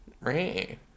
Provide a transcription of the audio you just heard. Right